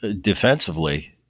defensively